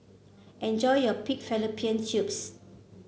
enjoy your Pig Fallopian Tubes